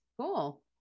Cool